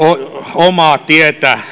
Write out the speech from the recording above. omaa tietä